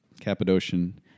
Cappadocian